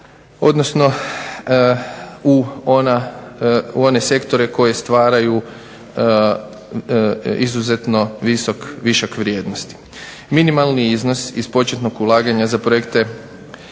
odnosno u one sektore koji stvaraju izuzetno visok višak vrijednosti. Minimalni iznos iz početnog ulaganja za projekte